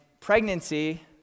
pregnancy